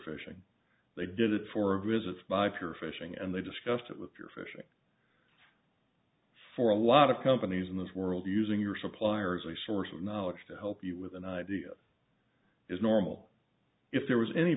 fishing they get it for a visit by pure fishing and they discussed it with your fishing for a lot of companies in this world using your suppliers resources knowledge to help you with an idea is normal if there was any